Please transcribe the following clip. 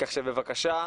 כך שבבקשה,